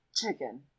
Chicken